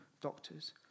doctors